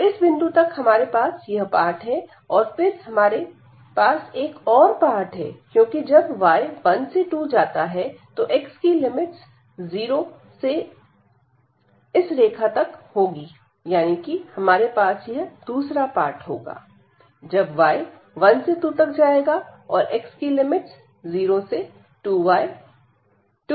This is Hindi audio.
तो इस बिंदु तक हमारे पास यह पार्ट है और फिर हमारे पास एक और पार्ट है क्योंकि जब y 1 से 2 जाता है तो x की लिमिट्स 0 से इस रेखा तक होंगी यानी कि हमारे पास यह दूसरा पार्ट होगा जब y 1 से 2 तक जाएगा और x की लिमिट्स 0 से 2 y होगी